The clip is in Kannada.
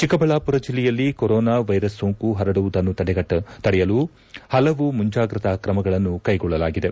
ಚಿಕ್ಕಬಳ್ಳಾಪುರ ಜಿಲ್ಲೆಯಲ್ಲಿ ಕೊರೊನಾ ವೈರಸ್ ಸೋಂಕು ಪರಡುವುದನ್ನು ತಡೆಯಲು ಹಲವು ಮುಂಜಾಗ್ರತಾ ಕ್ರಮಗಳನ್ನು ಕೈಗೊಳ್ಳಲಾಗಿದೆ